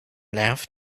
left